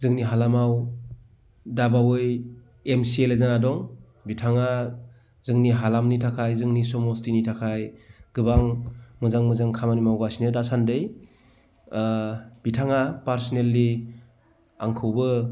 जोंनि हालामाव दाबावै एम सि एल ए जाना दं बिथाङा जोंनि हालामनि थाखाय जोंनि समस्थिनि थाखाय गोबां मोजां मोजां खामानि मावगासिनो दा सान्दै बिथाङा पार्सनेलि आंखौबो